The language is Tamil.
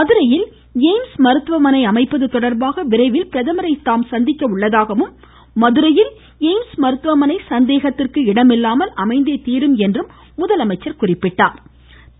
மதுரையில் எய்ம்ஸ் மருத்துவமனை அமைப்பது தொடர்பாக விரைவில் பிரதமரை சந்திக்க உள்ளதாகவும் மதுரையில் எய்ம்ஸ் மருத்துவமனை சந்தேகத்திந்கு இடமில்லாமல் அமைந்தே தீரும் என்றும் அவர் குறிப்பிட்டார்